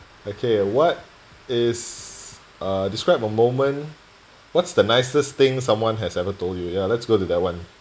okay uh what is uh describe a moment what's the nicest thing someone has ever told you ya let's go to that one